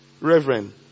reverend